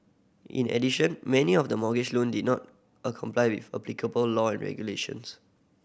in addition many of the mortgage loan did not a comply with applicable law regulations